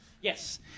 Yes